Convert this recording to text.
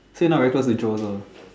so you not very close to Joe also ah